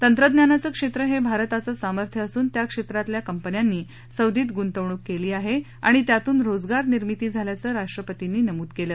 तंत्रज्ञानाचं क्षेत्र हे भारताचं सामर्थ्य असून त्या क्षेत्रातल्या कंपन्यांनी सौदीत गुंतवणूक केली आहे आणि त्यातून रोजगार निर्मिती झाल्याचं राष्ट्रपतींनी नमूद केलं